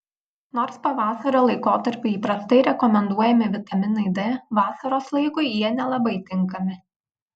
nors pavasario laikotarpiu įprastai rekomenduojami vitaminai d vasaros laikui jie nelabai tinkami